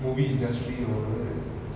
oh okay ya makes sense